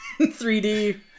3d